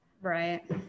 right